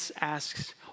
asks